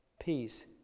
peace